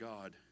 God